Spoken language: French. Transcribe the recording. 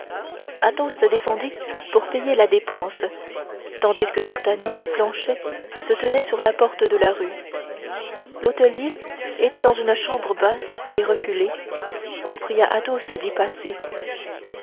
maître athos descendit pour payer la dépense tandis que d'artagnan et planchet se tenaient sur la porte de la rue l'hôtelier était dans une chambre basse et reculée on pria athos d'y